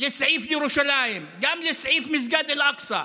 לסעיף ירושלים, גם לסעיף מסגד אל-אקצא,